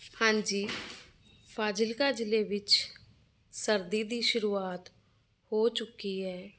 ਹਾਂਜੀ ਫਾਜ਼ਿਲਕਾ ਜ਼ਿਲ੍ਹੇ ਵਿੱਚ ਸਰਦੀ ਦੀ ਸ਼ੁਰੂਆਤ ਹੋ ਚੁੱਕੀ ਹੈ